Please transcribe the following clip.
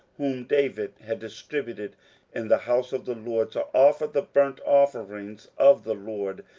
whom david had distributed in the house of the lord, to offer the burnt offerings of the lord,